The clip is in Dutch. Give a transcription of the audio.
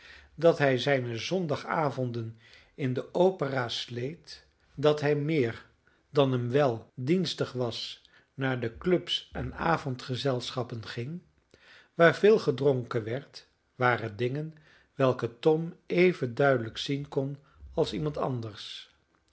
dat hij zijne zondagavonden in de opera sleet dat hij meer dan hem wel dienstig was naar de clubs en avondgezelschappen ging waar veel gedronken werd waren dingen welke tom even duidelijk zien kon als iemand anders